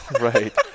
Right